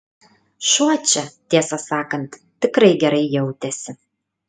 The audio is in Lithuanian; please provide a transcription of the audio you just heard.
šuo čia tiesą sakant tikrai gerai jautėsi